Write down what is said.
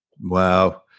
Wow